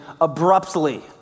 abruptly